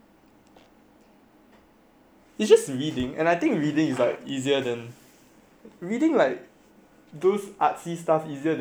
it's just reading and I think reading is like easier than reading like those artsy stuff easier than reading scientist stuff I think